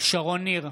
שרון ניר,